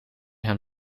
hem